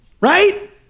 Right